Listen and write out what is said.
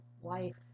wife